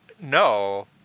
no